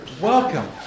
Welcome